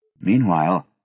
Meanwhile